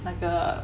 那个